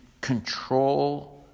control